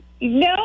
no